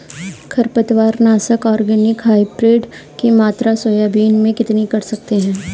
खरपतवार नाशक organic hybrid की मात्रा सोयाबीन में कितनी कर सकते हैं?